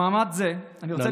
במעמד זה אני רוצה לפנות, נא